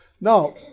Now